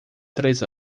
três